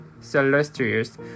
Celestials